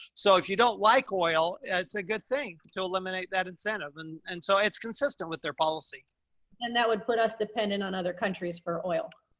so if you don't like oil, it's a good thing to eliminate that incentive. and and so it's consistent with their policy and that would put us dependent on other countries for oil.